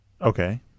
Okay